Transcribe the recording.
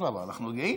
אדרבה, אנחנו גאים.